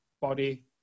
body